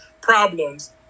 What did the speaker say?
problems